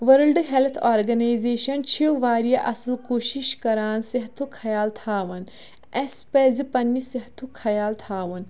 world health organisation چھِ واریاہ اَصٕل کوٗشِش کَران صحتُک خیال تھاوان اَسہِ پَزِ پنٛنہِ صحتُک خیال تھاوُن